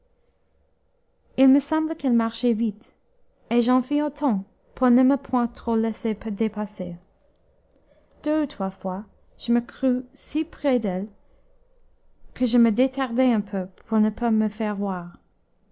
il me sembla qu'elle marchait vite et j'en fis autant pour ne me point trop laisser dépasser deux ou trois fois je me crus si près d'elle que je me détardai un peu pour ne pas me faire voir